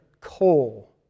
coal